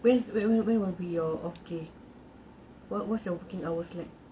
when when will be your off day what what's your working hours like